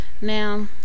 Now